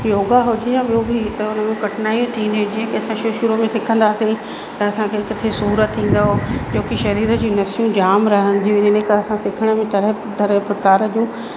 योगा हुजे या ॿियूं बि त हुन में कठिनाइयूं थींदियूं जीअं कि असां शुरू शुरू में सिखंदासीं त असांखे किथे सूरु थींदो छोकी शरीर जूं नसियूं जामु रहंदियूं यानी के असां सिखण में तरह तरह प्रकार जूं